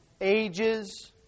ages